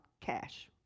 cash